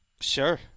Sure